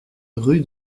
rue